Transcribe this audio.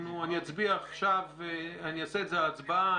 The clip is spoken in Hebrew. אני אעשה על זה הצבעה,